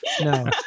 No